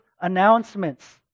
announcements